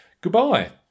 Goodbye